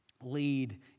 lead